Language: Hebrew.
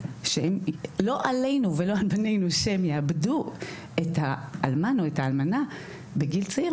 לא עלינו ולא על בנינו שהם יאבדו את האלמן או את האלמנה בגיל צעיר.